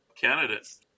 candidates